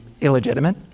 illegitimate